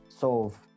solve